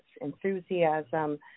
Enthusiasm